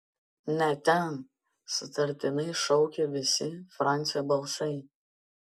ne ten sutartinai šaukė visi francio balsai